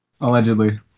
allegedly